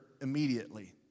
immediately